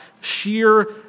Sheer